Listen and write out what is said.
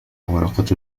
ورقة